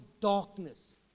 darkness